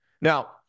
Now